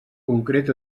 concret